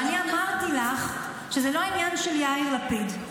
ואני אמרתי לך שזה לא העניין של יאיר לפיד,